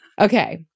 Okay